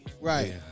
right